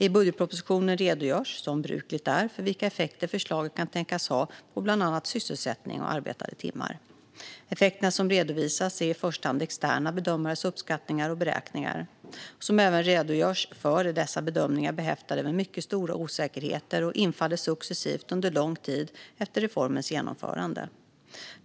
I budgetpropositionen redogörs, som brukligt är, för vilka effekter förslaget kan tänkas ha på bland annat sysselsättning och arbetade timmar. Effekterna som redovisas är i första hand externa bedömares uppskattningar och beräkningar. Som även redogörs för är dessa bedömningar behäftade med mycket stora osäkerheter och infaller successivt under lång tid efter reformens genomförande.